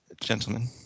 gentlemen